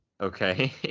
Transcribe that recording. okay